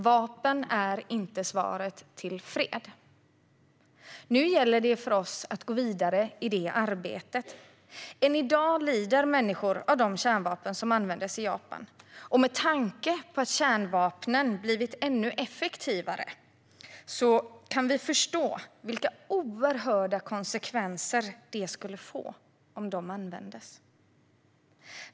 Vapen är inte svaret till fred. Nu gäller det för oss att gå vidare i detta arbete. Än i dag lider människor av de kärnvapen som användes i Japan, och med tanke på att kärnvapnen blivit ännu effektivare kan vi förstå vilka oerhörda konsekvenser de skulle få om de användes.